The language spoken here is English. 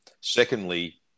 Secondly